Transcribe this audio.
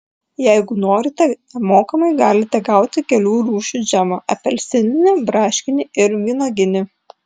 jeigu norite nemokamai galite gauti kelių rūšių džemą apelsininį braškinį ir vynuoginį